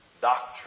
doctrine